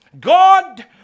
God